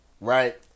right